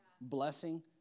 blessing